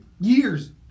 years